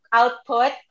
output